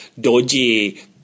dodgy